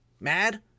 mad